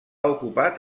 ocupat